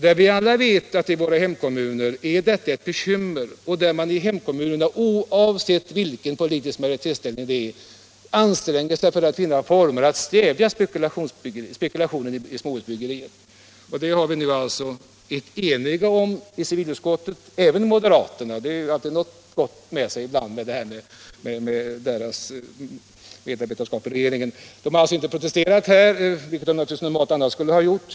Vi vet alla att detta är ett bekymmer i våra kommuner. I kommunerna, oavsett politisk majoritetsställning, anstränger man sig att finna former för att stävja spekulationen i småhusbyggandet. Vi har alltså blivit eniga på den punkten i civilutskottet. Även moderaterna är med. Det har alltid något gott med sig detta att de sitter med i regeringen. De har alltså inte protesterat i detta fall, vilket de naturligtvis normalt skulle ha gjort.